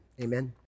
Amen